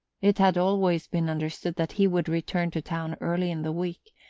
it had always been understood that he would return to town early in the week,